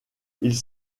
ils